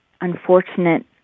unfortunate